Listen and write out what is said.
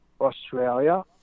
Australia